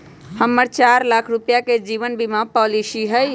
हम्मर चार लाख रुपीया के जीवन बीमा पॉलिसी हई